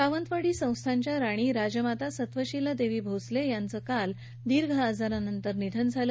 सावंतवाडी संस्थानच्या राणी राजमाता सत्वशीलादेवी भोसले यांचं काल दीर्घ आजारानं निधन झालं